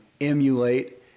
emulate